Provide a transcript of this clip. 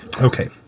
Okay